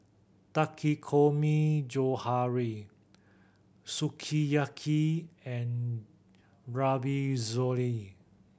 takikomi Sukiyaki and